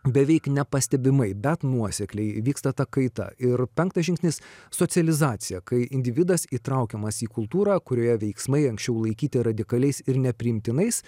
beveik nepastebimai bet nuosekliai vyksta ta kaita ir penktas žingsnis socializacija kai individas įtraukiamas į kultūrą kurioje veiksmai anksčiau laikyti radikaliais ir nepriimtinais